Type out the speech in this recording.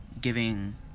giving